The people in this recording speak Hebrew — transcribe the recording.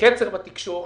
קצר בתקשורת,